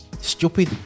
stupid